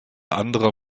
anderer